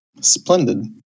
Splendid